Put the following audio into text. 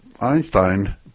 Einstein